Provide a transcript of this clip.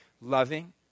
loving